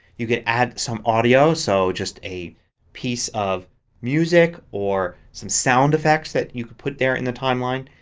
you can add some audio. so just a piece of music or some sound effects that you could put there in the timeline.